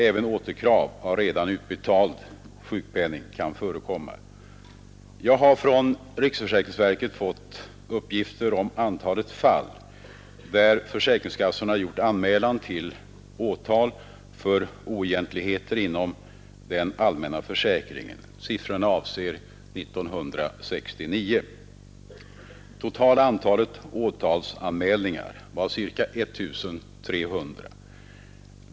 Även återkrav av redan 49 Jag har från riksförsäkringsverket fått uppgift om antalet fall, där försäkringskassorna har gjort anmälan om åtal för oegentligheter inom den allmänna försäkringen. Siffrorna avser 1969. Det totala antalet åtalsanmälningar var ca 1 300.